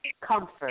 comfort